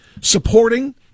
supporting